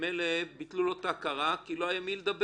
וממילא ביטלו לו את ההכרה כי לא היה עם מי לדבר,